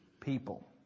people